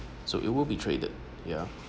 so it will be traded yeah